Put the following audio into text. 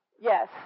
Yes